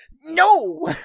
No